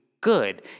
good